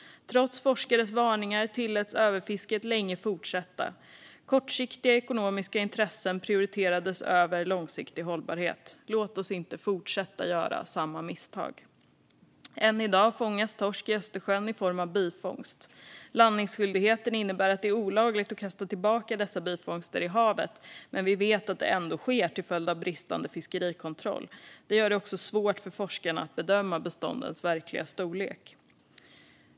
Trots forskares varningar tilläts överfisket länge fortsätta. Kortsiktiga ekonomiska intressen prioriterades framför långsiktig hållbarhet. Låt oss inte fortsätta göra samma misstag. Än i dag fångas torsk i Östersjön i form av bifångst. Landningsskyldigheten innebär att det är olagligt att kasta tillbaka dessa bifångster i havet, men vi vet att det ändå sker till följd av bristande fiskerikontroll. Det gör det också svårt för forskarna att bedöma beståndens verkliga storlek.